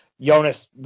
Jonas